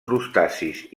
crustacis